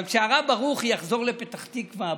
אבל כשהרב ברוכי יחזור לפתח תקטוה,